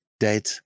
Dead